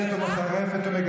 מה זה לכל היום?